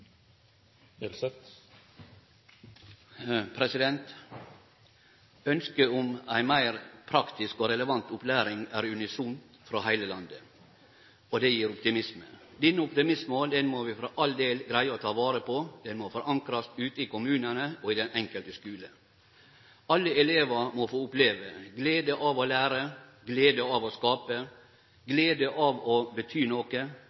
optimisme. Denne optimismen må vi for all del greie å take vare på. Den må forankrast ut i kommunane og i den enkelte skulen. Alle elevar må få oppleve glede av å lære, glede av å skape, glede av å bety noko,